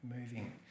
moving